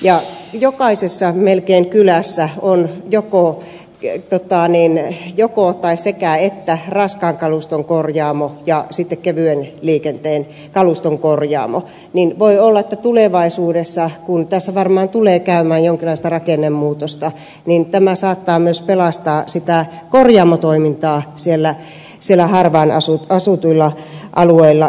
melkein jokaisessa kylässä on joko tai tai sekä että raskaan kaluston korjaamo ja kevyen kaluston korjaamo joten voi olla että tulevaisuudessa kun tässä varmaan tulee tapahtumaan jonkinlaista rakennemuutosta tämä saattaa myös pelastaa sitä korjaamotoimintaa siellä harvaan asutuilla alueilla